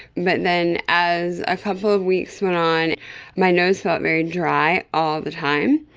but then as a couple of weeks went on my nose felt very dry, all the time,